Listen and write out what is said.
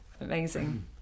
amazing